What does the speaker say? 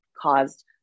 caused